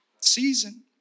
season